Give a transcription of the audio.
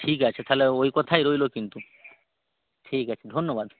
ঠিক আছে তাহলে ওই কথাই রইল কিন্তু ঠিক আছে ধন্যবাদ